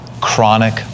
chronic